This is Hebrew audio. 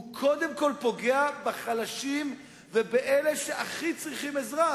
הוא קודם כול פוגע בחלשים ובאלה שהכי צריכים עזרה,